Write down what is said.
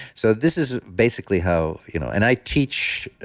so this is basically how. you know and i teach,